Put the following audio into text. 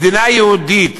מדינה יהודית